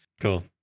cool